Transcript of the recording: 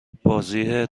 بازی